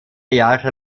jahre